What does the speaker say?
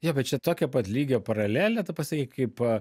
jo bet čia tokio pat lygio paralelę tu pasakei kaip